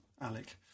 Alec